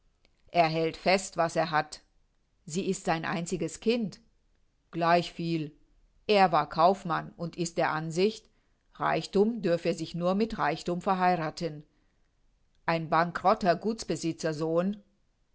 er hält fest was er hat sie ist sein einziges kind gleichviel er war kaufmann und ist der ansicht reichthum dürfe sich nur mit reichthum verheirathen ein bankerotter